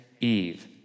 Eve